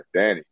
Danny